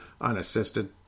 unassisted